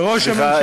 לראש הממשלה.